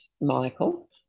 Michael